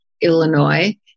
Illinois